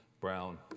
Brown